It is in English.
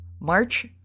March